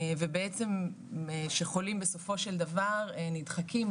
בעצם חולים בסופו של דבר נדחקים,